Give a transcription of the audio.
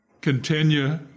continue